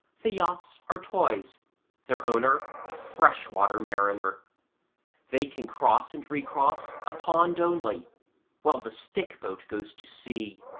the yachts are toys their owner a fresh-water mariner they can cross and recross a pond only while the stick-boat goes to sea.